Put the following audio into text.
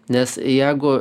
nes jeigu